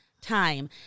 time